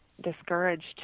discouraged